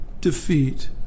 defeat